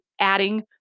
adding